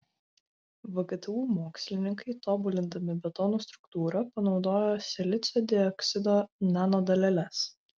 vgtu mokslininkai tobulindami betono struktūrą panaudojo silicio dioksido nanodaleles